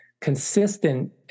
consistent